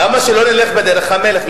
למה שלא נלך בדרך המלך?